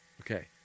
Okay